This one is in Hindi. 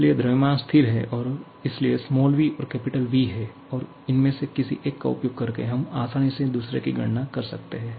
इसलिए द्रव्यमान स्थिर है और इसलिए 'v' और V ' हैं और उनमें से किसी एक का उपयोग करके हम आसानी से दूसरे की गणना कर सकते हैं